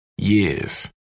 Years